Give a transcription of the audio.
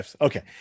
okay